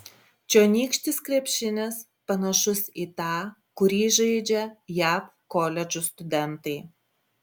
čionykštis krepšinis panašus į tą kurį žaidžia jav koledžų studentai